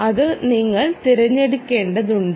അത് നിങ്ങൾ തിരഞ്ഞെടുക്കേണ്ടതുണ്ട്